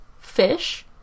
Fish